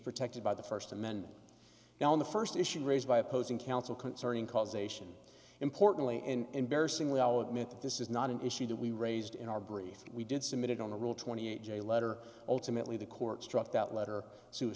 protected by the first amendment now in the first issue raised by opposing counsel concerning causation importantly and bear saying we all admit that this is not an issue that we raised in our brief we did submit it on the rule twenty eight j letter ultimately the court struck that letter